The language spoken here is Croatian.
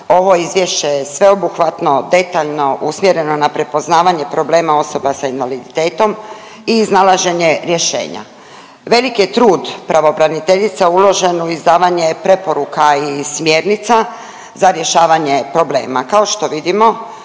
Ovo izvješće je sveobuhvatno, detaljno, usmjereno na prepoznavanje problema osoba s invaliditetom i iznalaženje rješenja. Velik je trud pravobraniteljica uložen u izdavanje preporuka i smjernica za rješavanje problema.